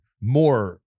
more